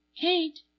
Kate